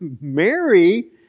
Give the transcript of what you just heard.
Mary